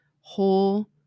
whole